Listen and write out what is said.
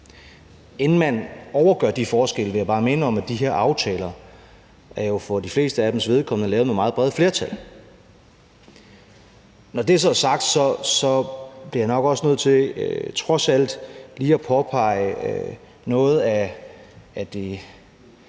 Inden man overgør de forskelle, vil jeg bare minde om, at de her aftaler jo for de flestes vedkommende er lavet med meget brede flertal. Når det så er sagt, bliver jeg nok også nødt til trods alt lige at påpege noget af det